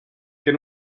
can